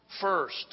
first